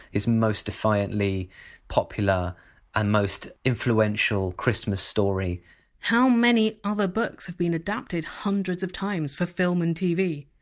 his most defiantly popular and most influential christmas story how many other books have been adapted hundreds of times for film and tv?